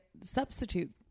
substitute